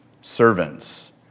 servants